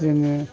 जोङो